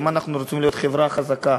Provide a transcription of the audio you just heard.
אם אנחנו רוצים להיות חברה חזקה,